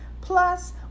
Plus